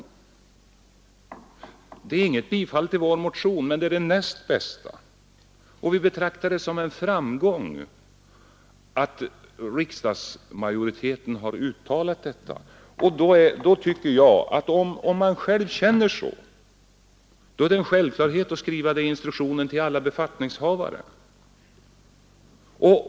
Riksdagens beslut innebär inget bifall till vår motion, men det innebär det näst bästa, och vi betraktar det som en framgång att riksdagsmajoriteten har gjort ett sådant uttalande. Jag tycker att det är en självklarhet — om man känner för ett sådant uttalande — att skriva det i instruktionen till alla befattningshavare.